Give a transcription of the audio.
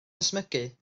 ysmygu